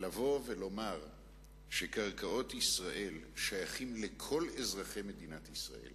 לבוא ולומר שקרקעות ישראל שייכים לכל אזרחי מדינת ישראל